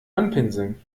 anpinseln